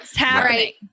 right